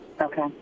Okay